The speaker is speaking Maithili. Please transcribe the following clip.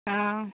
हँ